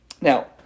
Now